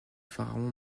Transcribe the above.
pharaon